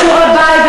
לך תעשה שיעורי בית,